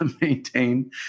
maintain